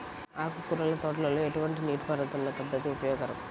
ఆకుకూరల తోటలలో ఎటువంటి నీటిపారుదల పద్దతి ఉపయోగకరం?